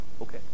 Okay